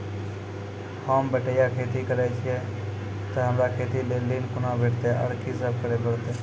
होम बटैया खेती करै छियै तऽ हमरा खेती लेल ऋण कुना भेंटते, आर कि सब करें परतै?